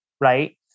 right